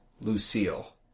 Lucille